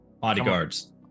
Bodyguards